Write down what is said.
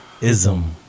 Ism